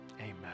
Amen